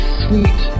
sweet